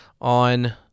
on